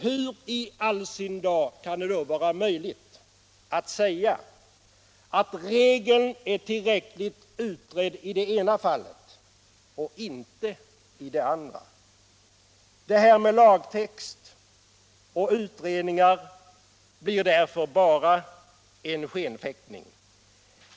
Hur i all sin dar kan det då vara möjligt att säga att regeln är tillräckligt utredd i det ena fallet och inte i det andra? Det här med lagtext och utredningar blir därför bara en skenfäktning.